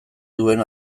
duen